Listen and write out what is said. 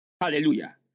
Hallelujah